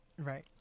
Right